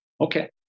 Okay